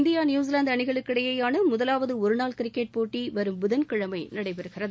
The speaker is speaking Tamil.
இந்தியா நியுசிலாந்து அணிகளுக்கிடையேயான முதலாவது ஒருநாள் கிரிக்கெட் போட்டி வரும் புதன் கிழமை நடைபெறுகிறது